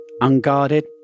unguarded